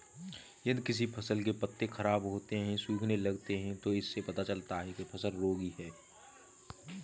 यदि किसी फसल के पत्ते खराब होते हैं, सूखने लगते हैं तो इससे पता चलता है कि फसल रोगी है